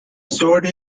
showed